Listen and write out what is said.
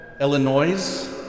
Illinois